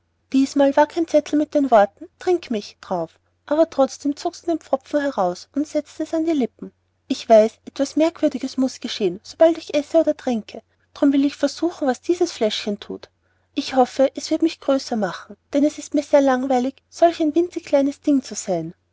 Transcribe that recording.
diesmal war kein zettel mit den worten trink mich darauf aber trotzdem zog sie den pfropfen heraus und setzte es an die lippen ich weiß etwas merkwürdiges muß geschehen sobald ich esse oder trinke drum will ich versuchen was dies fläschchen thut ich hoffe es wird mich wieder größer machen denn es ist mir sehr langweilig solch winzig kleines ding zu sein